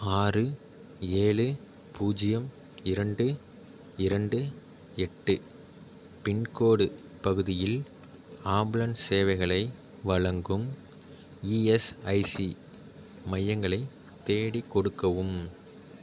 ஆறு ஏழு பூஜ்ஜியம் இரண்டு இரண்டு எட்டு பின்கோட் பகுதியில் ஆம்புலன்ஸ் சேவைகளை வழங்கும் இஎஸ்ஐசி மையங்களை தேடிக் கொடுக்கவும்